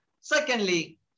Secondly